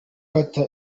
qatar